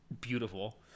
beautiful